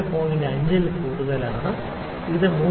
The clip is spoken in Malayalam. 5 ൽ കൂടുതലാണ് ഇത് 3